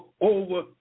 over